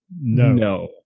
No